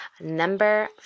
number